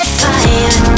fire